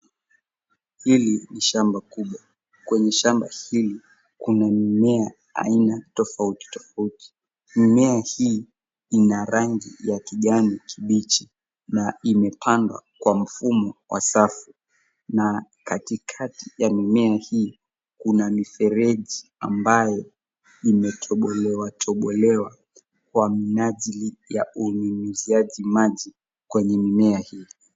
Hili ni shamba kubwa. Kwenye shamba hili kuna mimea aina tofautitofauti. Mimea hii ina rangi ya kijani kibichi na imepandwa kwa mfumo wa safu na katikati ya mimea hii kuna mifereji ambayo imetobolewatobolewa kwa minajili ya unyunyuziaji maji kwenye mimea hii.